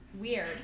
weird